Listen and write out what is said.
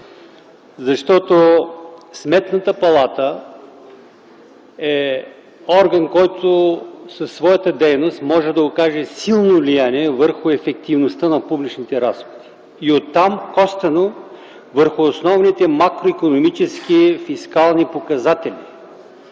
защото Сметната палата е орган, който със своята дейност може да окаже силно влияние върху ефективността на публичните разходи и оттам косвено върху основните макроикономически фискални показатели.